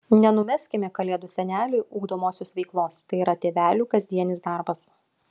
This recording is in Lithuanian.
nenumeskime kalėdų seneliui ugdomosios veiklos tai yra tėvelių kasdienis darbas